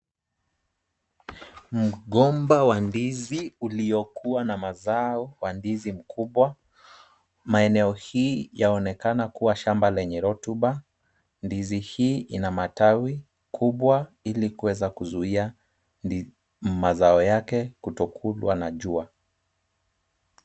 Mgomba wa ndizi uliokuwa na mazao wa ndizi mkubwa. Maeneo hii yaonekana kubwa shamba lenye rotuba. Ndizi hizi ina matawi kubwa ili kuweza kuzuia mazao yake kutokulwa na jua.